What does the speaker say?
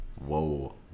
Whoa